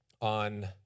on